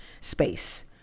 space